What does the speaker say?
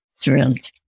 thrilled